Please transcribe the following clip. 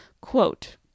Quote